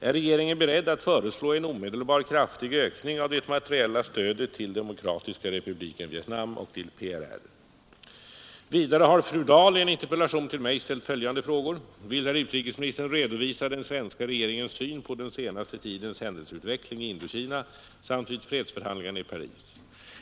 Är regeringen beredd att föreslå en omedelbar kraftig ökning av det materiella stödet till Demokratiska republiken Vietnam och till PRR?” Vidare har fru Dahl i en interpellation till mig ställt följande frågor: ”Vill herr utrikesministern redovisa den svenska regeringens syn på den senaste tidens händelseutveckling i Indokina samt vid fredsförhandlingarna i Paris?